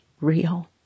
real